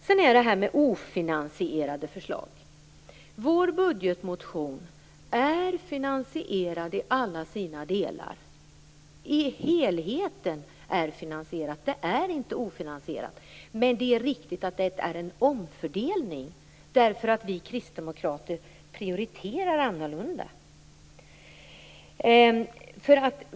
Sedan detta med ofinansierade förslag: Vår budgetmotion är finansierad i alla sina delar, men det är riktigt att det innebär en omfördelning därför att vi kristdemokrater gör en annorlunda prioritering.